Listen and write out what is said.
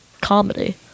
comedy